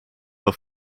off